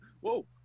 Whoa